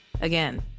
Again